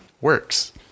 works